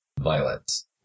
violence